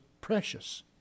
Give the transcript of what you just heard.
precious